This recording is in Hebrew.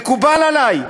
מקובל עלי,